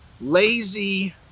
lazy